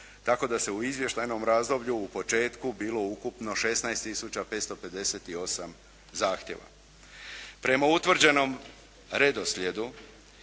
tako da se u izvještajnom razdoblju u početku bilo ukupno 16 tisuća 558 zahtjeva. Prema utvrđenom redoslijedu